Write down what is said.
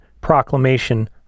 proclamation